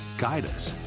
guide us,